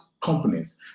companies